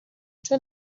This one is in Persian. چون